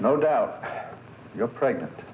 no doubt you're pregnant